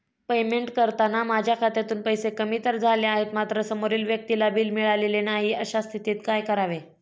Payment करताना माझ्या खात्यातून पैसे कमी तर झाले आहेत मात्र समोरील व्यक्तीला बिल मिळालेले नाही, अशा स्थितीत काय करावे?